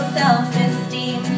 self-esteem